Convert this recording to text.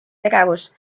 tegevus